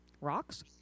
rocks